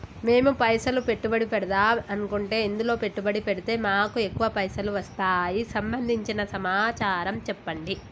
మేము పైసలు పెట్టుబడి పెడదాం అనుకుంటే ఎందులో పెట్టుబడి పెడితే మాకు ఎక్కువ పైసలు వస్తాయి సంబంధించిన సమాచారం చెప్పండి?